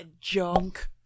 junk